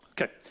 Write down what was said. Okay